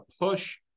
push